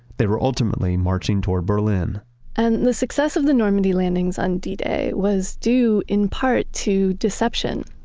they were ultimately marching toward berlin and the success of the normandy landings on d-day was due in part to deception.